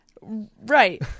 right